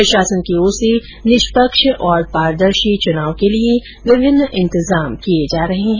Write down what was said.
प्रशासन की ओर से निष्पक्ष और पारदर्शी चुनाव के लिए विभिन्न इंतजाम किए जा रहे हैं